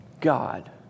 God